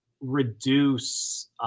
reduce